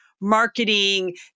marketing